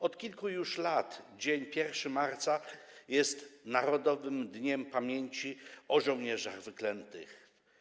Od kilku już lat dzień 1 marca jest Narodowym Dniem Pamięci Żołnierzy Wyklętych.